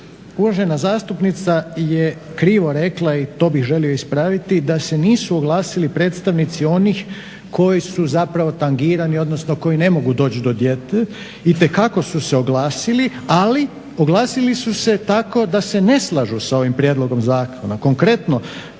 Uvažena zastupnica je krivo rekla i to bih želio ispraviti da se nisu oglasili predstavnici onih koji su zapravo tangirani odnosno koji ne mogu doći do djece. Itekako su se oglasili ali oglasili su se tako da se ne slažu sa ovim prijedlogom zakona.